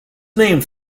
named